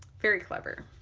very clever.